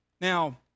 Now